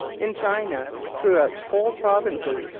in china, throughout whole provinces,